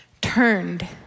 Turned